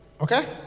okay